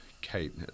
Kate